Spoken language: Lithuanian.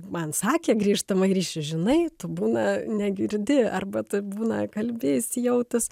man sakė grįžtamąjį ryšį žinai tu būna negirdi arba taip būna kalbi įsijautus